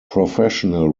professional